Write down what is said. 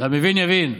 והמבין יבין.